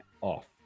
off